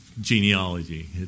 genealogy